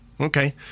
Okay